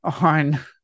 on